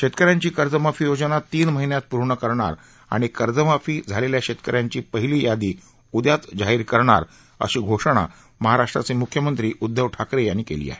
शेतक यांची कर्जमाफी योजना तीन महिन्यात पूर्ण करणार आणि कर्जमाफी झालेल्या शेतक यांची पहिली यादी उद्याच जाहीर करणार अशी घोषणा मुख्यमंत्री उद्धव ठाकरे यांनी केली आहे